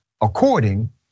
according